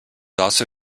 also